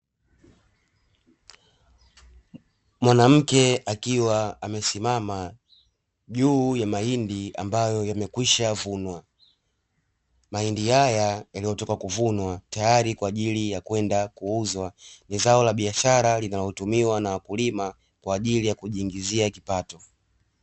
Mwanamke akiwa amesimama juu ya mahindi ambayo yamekwishavunwa. Mahindi haya yaliyotoka kuvunwa tayari kwa ajili ya kwenda kuuzwa, ni zao la biashara linalotumiwa na wakulima kwa ajili ya kujingizia kipato.